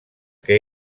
que